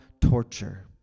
torture